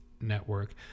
network